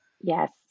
Yes